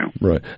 Right